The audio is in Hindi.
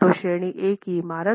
तो श्रेणी ए की इमारत